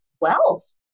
wealth